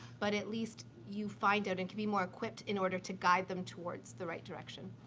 but at least you find out and can be more equipped in order to guide them towards the right direction.